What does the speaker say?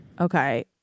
Okay